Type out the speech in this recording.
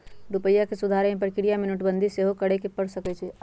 रूपइया के सुधारे कें प्रक्रिया में नोटबंदी सेहो करए के पर सकइय